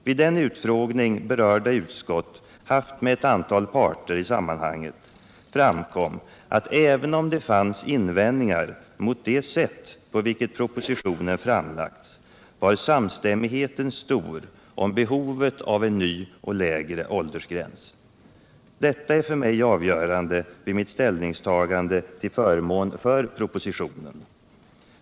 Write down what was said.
Vid den utfrågning berörda utskott haft med ett antal parter i sammanhanget framkom att även om det fanns invändningar mot det sätt på vilket propositionen framlagts var samstämmigheten stor om behovet av en ny och lägre åldersgräns. Detta är för mig avgörande vid mitt ställningstagande till förmån för propositionen.